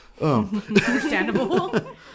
Understandable